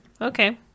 okay